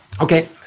Okay